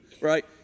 right